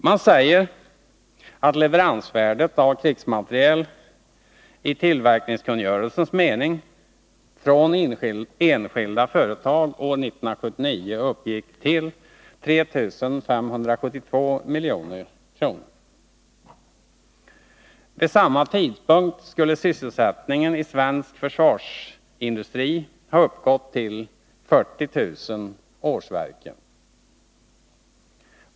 Man säger att leveransvärdet av krigsmateriel i tillverkningskungörelsens mening från enskilda företag uppgick till 3 572 milj.kr. år 1979. Vid samma tidpunkt skulle sysselsättningen i svensk försvarsindustri ha uppgått till 40000 årsverken.